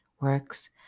works